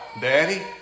Daddy